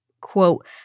quote